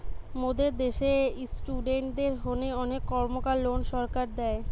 মোদের দ্যাশে ইস্টুডেন্টদের হোনে অনেক কর্মকার লোন সরকার দেয়